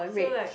so like